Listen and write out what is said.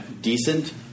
decent